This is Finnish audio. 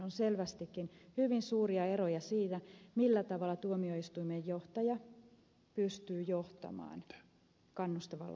on selvästikin hyvin suuria eroja siinä millä tavalla tuomioistuimen johtaja pystyy johtamaan kannustavalla tavalla